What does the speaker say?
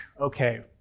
okay